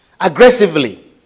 aggressively